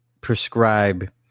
prescribe